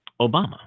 Obama